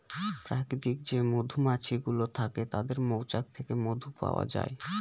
প্রাকৃতিক যে মধুমাছি গুলো থাকে তাদের মৌচাক থেকে মধু পাওয়া যায়